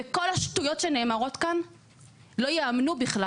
וכל השטויות שנאמרות כאן לא ייאמנו בכלל